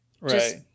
Right